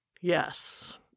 Yes